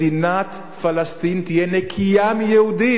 מדינת פלסטין תהיה נקייה מיהודים.